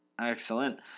excellent